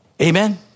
Amen